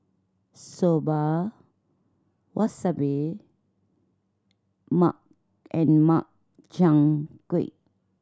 Soba Wasabi and Makchang Gui